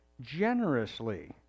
generously